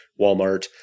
Walmart